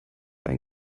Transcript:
ein